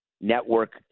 network